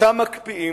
אותם מקפיאים,